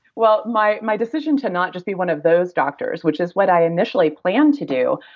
well, my my decision to not just be one of those doctors, which is what i initially planned to do,